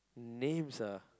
names ah